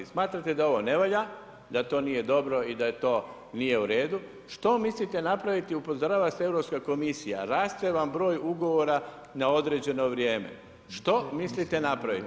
Smatrate da ovo ne valja, da to nije dobro i da to nije u redu, što mislite napraviti, upozorava se Europska komisija, raste vam broj ugovora na određeno vrijeme, što mislite napraviti?